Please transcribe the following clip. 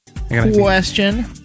question